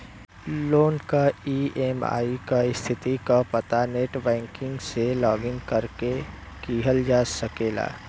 loan क EMI क स्थिति क पता नेटबैंकिंग से लॉगिन करके किहल जा सकला